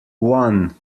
one